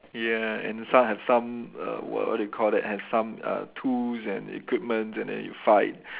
ya inside have some err what what do you call that have some uh tools and equipment and then you fight